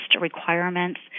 requirements